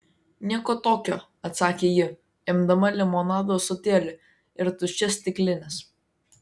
nieko tokio atsakė ji imdama limonado ąsotėlį ir tuščias stiklines